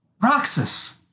Roxas